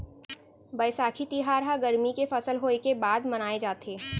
बयसाखी तिहार ह गरमी के फसल होय के बाद मनाए जाथे